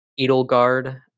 Edelgard